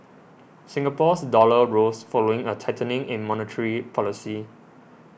Singapore's dollar rose following a tightening in monetary policy